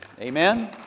Amen